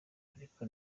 ariko